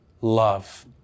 love